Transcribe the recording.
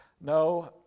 No